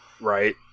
right